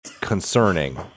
concerning